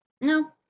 no